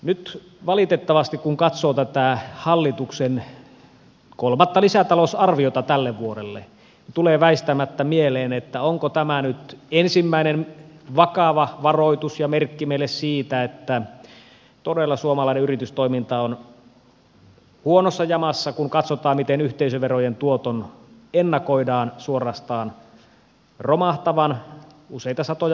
nyt valitettavasti kun katsoo tätä hallituksen kolmatta lisätalousarviota tälle vuodelle tulee väistämättä mieleen että onko tämä nyt ensimmäinen vakava varoitus ja merkki meille siitä että todella suomalainen yritystoiminta on huonossa jamassa kun katsotaan miten yhteisöverojen tuoton ennakoidaan suorastaan romahtavan useita satoja miljoonia